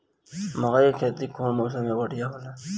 मकई के खेती कउन मौसम में बढ़िया होला?